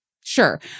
sure